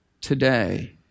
today